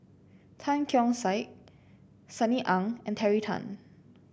Tan Keong Saik Sunny Ang and Terry Tan